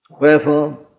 Wherefore